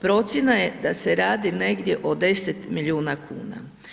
Procjena je da se radi negdje o 10 milijuna kuna.